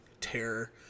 Terror